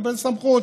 מקבל סמכות.